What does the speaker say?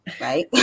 Right